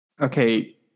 Okay